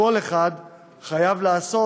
כל אחד חייב לעשות,